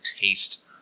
taste